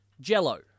Jell-O